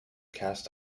cast